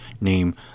name